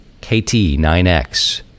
KT9X